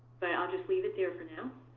but i'll just leave it there for now.